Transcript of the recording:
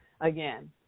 Again